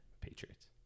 Patriots